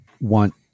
want